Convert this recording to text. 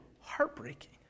heartbreaking